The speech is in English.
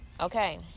Okay